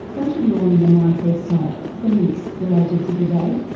go to the all in the mind website for links related to today,